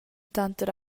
tanter